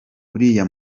uriya